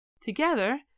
Together